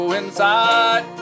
inside